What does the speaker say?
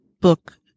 book